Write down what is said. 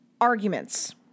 arguments